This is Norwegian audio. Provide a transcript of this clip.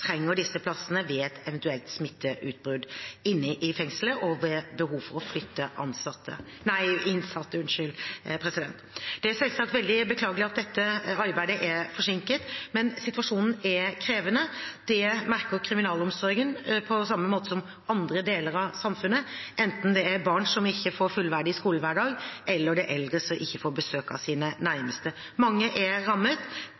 trenger disse plassene ved et eventuelt smitteutbrudd inne i fengselet og behov for å flytte innsatte. Det er selvsagt veldig beklagelig at dette arbeidet er forsinket, men situasjonen er krevende. Det merker kriminalomsorgen på samme måten som andre deler av samfunnet, enten det er barn som ikke får en fullverdig skolehverdag, eller det er eldre som ikke får besøk av sine nærmeste. Mange er rammet.